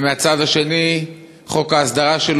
ומהצד השני חוק ההסדרה,